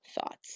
thoughts